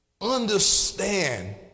understand